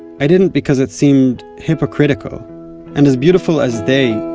i didn't because it seemed hypocritical and as beautiful as they,